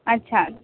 अच्छा